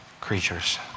creatures